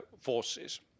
forces